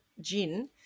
gin